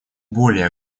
более